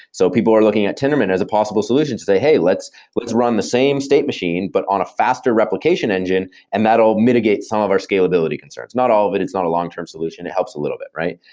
so people are looking at tendermint as a possible solution to say, hey, let's let's run the same state machine, but on a faster replication engine, and that'll mitigate some of our scalability concerns. not all of it. it's not a long-term solution. it helps a little bit, right?